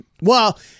well-